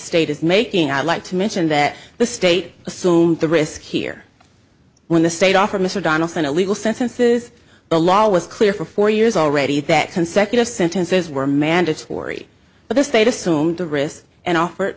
state is making i'd like to mention that the state assume the risk here when the state offered mr donaldson a legal sentences the law was clear for four years already that consecutive sentences were mandatory but the state assumed the wrist and offered